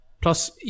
plus